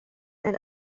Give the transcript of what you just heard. and